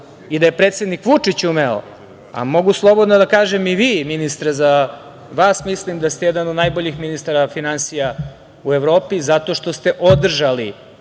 i da je predsednik Vučić umeo, a mogu slobodno da kažem i vi ministre za vas mislim da ste jedan od najboljih ministara finansija u Evropi zato što ste održali